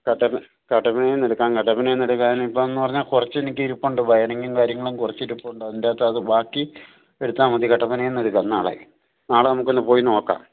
കട്ടപ്പനയില്നിന്നെടുക്കാം കട്ടപ്പനയില്നിന്നെടുക്കാനിപ്പോഴെന്നു പറഞ്ഞാല് കുറച്ചെനിക്ക് ഇരിപ്പുണ്ട് വയറിങ്ങും കാര്യങ്ങളും കുറച്ചിരിപ്പുണ്ട് അതിന്റകത്തത് ബാക്കി എടുത്താല് മതി കട്ടപ്പനയില്നിന്നെടുക്കാം നാളെ നാളെ നമ്മള്ക്കൊന്നു പോയി നോക്കാം